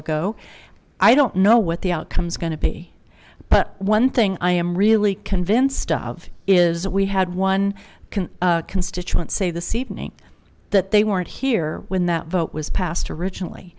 ago i don't know what the outcome's going to be but one thing i am really convinced of is that we had one can constituent say the seating that they weren't here when that vote was passed originally